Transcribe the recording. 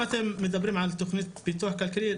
אם אתם מדברים על תוכנית פיתוח כלכלי,